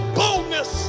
boldness